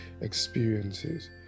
experiences